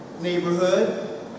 neighborhood